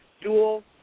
dual